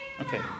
Okay